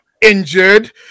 injured